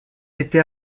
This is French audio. été